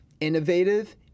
innovative